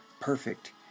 perfect